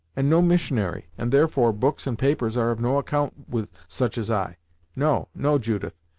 and no missionary, and therefore books and papers are of no account with such as i no, no judith,